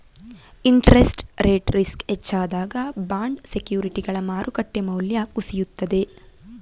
interest rate risk ಹೆಚ್ಚಾದಾಗ bond ಸೆಕ್ಯೂರಿಟಿಗಳ ಮಾರುಕಟ್ಟೆ ಮೌಲ್ಯ ಕುಸಿಯುತ್ತದೆ